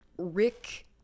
Rick